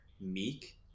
meek